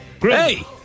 Hey